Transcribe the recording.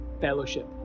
fellowship